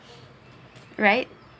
right